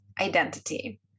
identity